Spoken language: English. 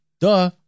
Duh